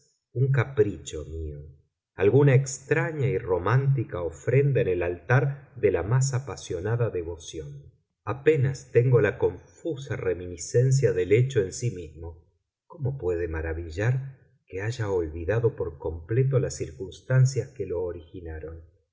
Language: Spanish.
un capricho mío alguna extraña y romántica ofrenda en el altar de la más apasionada devoción apenas tengo la confusa reminiscencia del hecho en sí mismo cómo puede maravillar que haya olvidado por completo las circunstancias que lo originaron